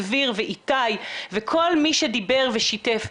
דביר ואיתי וכל מי שדיבר ושיתף,